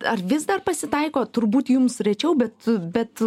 ar vis dar pasitaiko turbūt jums rečiau bet bet